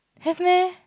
have meh